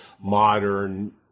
modern